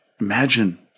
Imagine